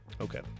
Okay